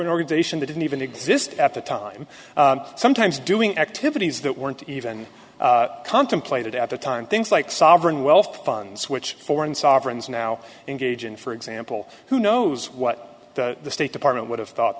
an organization they didn't even exist at the time sometimes doing activities that weren't even contemplated at the time things like sovereign wealth funds which foreign sovereigns now engage in for example who knows what the state department would have thought